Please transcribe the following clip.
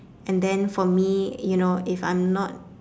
and then for me you know if I'm not